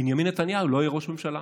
בנימין נתניהו לא יהיה ראש ממשלה.